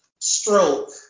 stroke